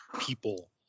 people